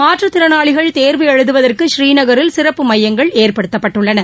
மாற்றுத் திறனாளிகள் தேர்வு எழுதுவதற்கு ஸ்ரீநகரில் சிறப்பு மையங்கள் ஏற்படுத்தப்பட்டுள்ளது